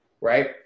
right